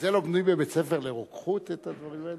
את הדברים האלה